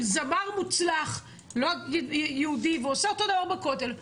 זמר מוצלח יהודי ועושה אותו דבר בכותל,